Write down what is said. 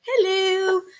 hello